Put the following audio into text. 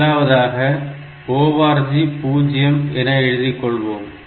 முதலாவதாக ORG 0 என எழுதிக் கொள்வோம்